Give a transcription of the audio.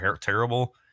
terrible